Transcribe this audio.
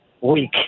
week